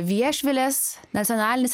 viešvilės nacionalinis